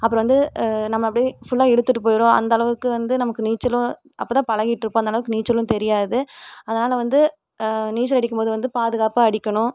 அப்புறம் வந்து நம்ம அப்படியே ஃபுல்லா இழுத்துட்டு போய்டும் அந்த அளவுக்கு வந்து நமக்கு நீச்சலும் அப்போதான் பழகிட்டிருப்போம் அந்த அளவுக்கு நீச்சலும் தெரியாது அதனால் வந்து நீச்சல் அடிக்கும்போது வந்து பாதுகாப்பாக அடிக்கணும்